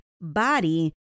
body